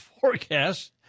forecast